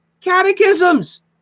catechisms